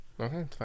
Okay